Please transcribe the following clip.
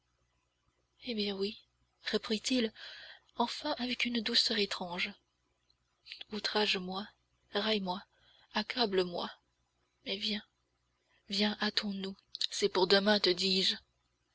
eh bien oui reprit-il enfin avec une douceur étrange outrage moi raille moi accable moi mais viens viens hâtons-nous c'est pour demain te dis-je